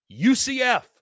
UCF